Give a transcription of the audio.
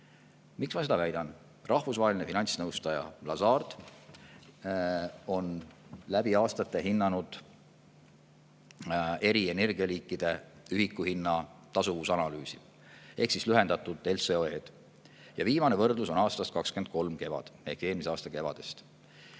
Miks ma seda väidan? Rahvusvaheline finantsnõustaja Lazard on läbi aastate hinnanud eri energialiikide ühikuhinna tasuvust ehk lühendatult LCOE-d. Ja viimane võrdlus on aastast 2023 ehk eelmise aasta kevadest.